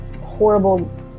horrible